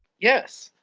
yes.